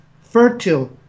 fertile